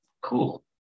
Cool